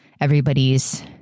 everybody's